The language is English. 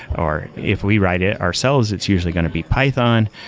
or if we write it ourselves, it's usually going to be python,